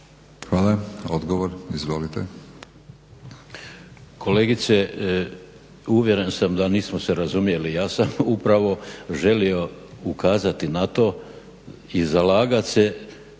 (Nezavisni)** Kolegice uvjeren sam da se nismo razumjeli. Ja sam upravo želio ukazati na to i zalagat se